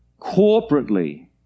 Corporately